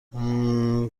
ممم